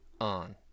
on